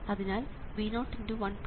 അതിനാൽ V0×1 6A0 6×Vi